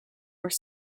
were